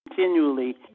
continually